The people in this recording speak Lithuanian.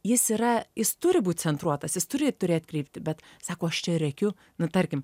jis yra jis turi būt centruotas jis turi turėti kryptį bet sako aš čia rėkiu nu tarkime